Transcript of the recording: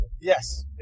Yes